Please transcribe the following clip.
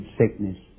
sickness